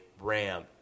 ram